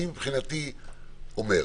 אני אומר: